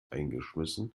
eingeschmissen